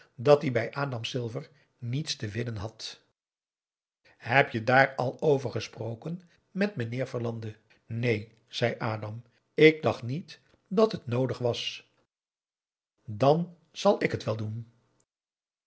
dat die bij adam silver niets te winnen had heb je daar al over gesproken met meneer verlande neen zei adam ik dacht niet dat het noodig was dan zal ik het wel doen